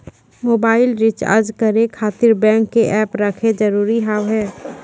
Mobile recharge करे खातिर bank के ऐप रखे जरूरी हाव है?